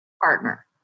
partner